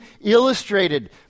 illustrated